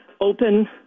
open